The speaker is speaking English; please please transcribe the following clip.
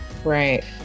Right